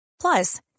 Plus